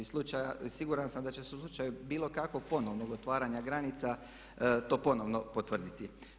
I siguran sam da će u slučaju bilo kakvog ponovnog otvaranja granica to ponovno potvrditi.